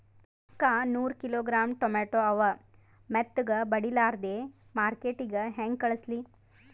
ಅಕ್ಕಾ ನೂರ kilogram tomato ಅವ, ಮೆತ್ತಗಬಡಿಲಾರ್ದೆ ಮಾರ್ಕಿಟಗೆ ಹೆಂಗ ಕಳಸಲಿ?